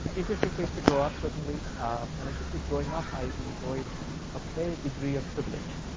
interesting place to grow up certainly, and i should say growing up, i enjoyed a fair degree of privilege.